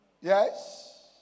Yes